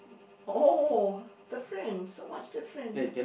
oh the French so much different